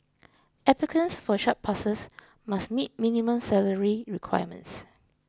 applicants for such passes must meet minimum salary requirements